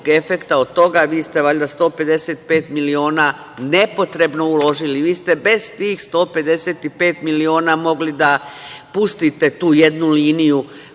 efekta od toga, vi biste valjda 155 miliona nepotrebno uložili. Vi ste bez tih 155 miliona mogli da pustite tu jednu liniju,